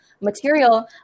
material